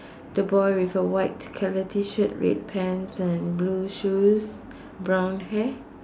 the boy with a white color T shirt red pants and blue shoes brown hair